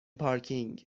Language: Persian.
پارکینگ